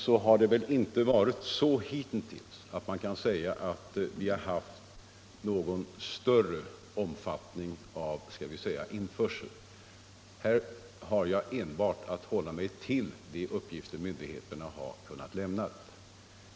Av allt att döma har vi väl hitintills inte haft någon större införsel; här har jag att hålla mig till de uppgifter myndigheterna kunnat lämna.